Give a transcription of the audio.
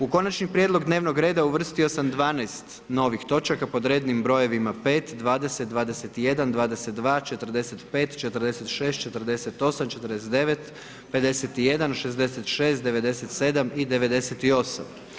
U konačni prijedlog dnevnog reda uvrstio sam 12 novih točaka pod rednim brojevima 5., 20., 21., 22., 45., 46., 48., 59., 51., 66., 97. i 98.